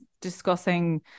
discussing